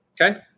Okay